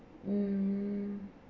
mm